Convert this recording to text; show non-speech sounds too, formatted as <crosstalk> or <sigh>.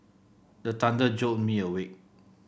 the <unintelligible> thunder jolt me awake